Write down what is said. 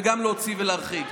וגם להוציא ולהרחיק.